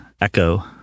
echo